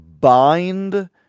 bind